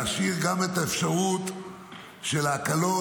להשאיר גם את האפשרות של ההקלות,